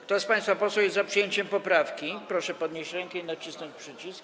Kto z państwa posłów jest za przyjęciem poprawki, proszę podnieść rękę i nacisnąć przycisk.